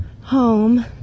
home